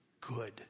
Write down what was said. good